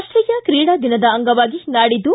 ರಾಷ್ಟೀಯ ಕ್ರೀಡಾ ದಿನದ ಅಂಗವಾಗಿ ನಾಡಿದ್ದು